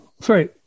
sorry